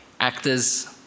actors